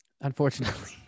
Unfortunately